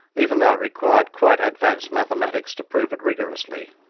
even though it required quite advanced mathematics to prove it rigorously.